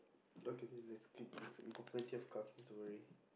okay then let's skip this we got plenty of cards don't worry